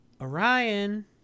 Orion